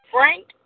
Frank